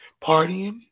partying